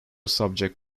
subject